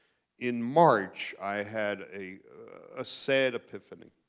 in march, i had a ah sad epiphany.